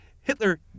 Hitler